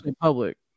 public